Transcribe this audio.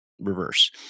reverse